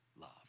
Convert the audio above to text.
love